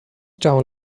town